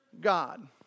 God